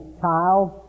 child